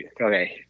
okay